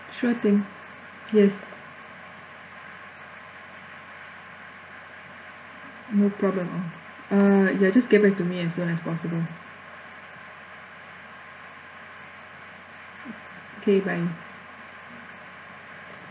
sure thing yes no problem uh uh ya just get back to me as soon as possible okay bye